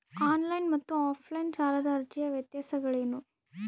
On line ಮತ್ತು offline ಸಾಲದ ಅರ್ಜಿಯ ವ್ಯತ್ಯಾಸಗಳೇನು?